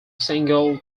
single